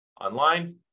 online